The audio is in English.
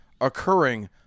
occurring